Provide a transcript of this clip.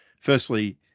Firstly